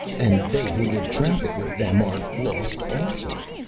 and they who would traffic with them are lost also.